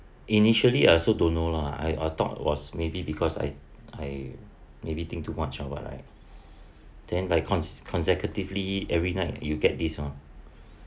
initially I also don't know lah I thought was maybe because I I maybe think too much or what right then like conse~ consecutively every night you'll get this oh